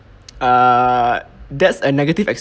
err that's a negative ex~